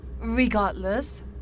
Regardless